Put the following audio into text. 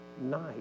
night